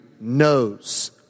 knows